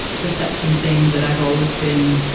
perception thing that i've always been,